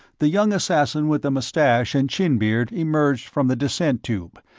the young assassin with the mustache and chin beard emerged from the descent tube,